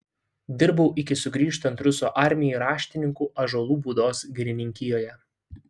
dirbau iki sugrįžtant rusų armijai raštininku ąžuolų būdos girininkijoje